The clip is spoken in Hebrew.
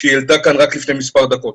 שהיא העלתה כאן רק לפני מספר דקות.